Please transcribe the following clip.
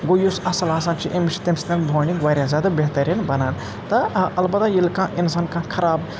گوٚو یُس اَصٕل آسان چھُ أمِس چھِ تٔمِس سۭتۍ بانٛڈِنٛگ واریاہ زِیادٕ بہتٔریٖن بنان تہٕ اَلبطہ ییٚلہِ کانٛہہ اِنسان کانٛہہ خراب